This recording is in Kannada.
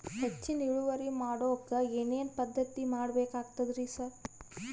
ಹೆಚ್ಚಿನ್ ಇಳುವರಿ ಮಾಡೋಕ್ ಏನ್ ಏನ್ ಪದ್ಧತಿ ಮಾಡಬೇಕಾಗ್ತದ್ರಿ ಸರ್?